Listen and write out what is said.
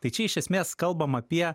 tai čia iš esmės kalbam apie